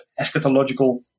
eschatological